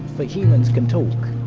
but humans can talk.